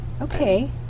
Okay